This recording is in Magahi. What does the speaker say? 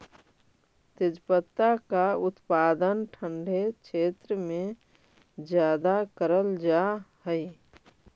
तेजपत्ता का उत्पादन ठंडे क्षेत्र में ज्यादा करल जा हई